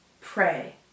pray